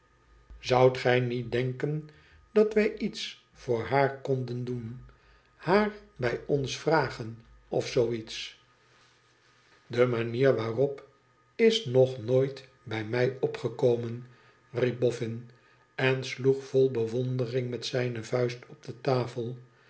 sj gij niet denken dat wij iets voor haar konden doen i haar bij ons vragen ofzooiets de manier waarop is nog nooit bij mij opgekomen i riep boffin en sloeg vol bewondering met zijne vuist op de tafel